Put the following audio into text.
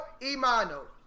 Imano